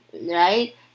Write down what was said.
right